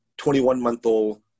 21-month-old